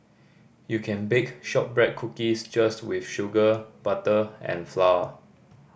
you can bake shortbread cookies just with sugar butter and flour